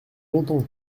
longtemps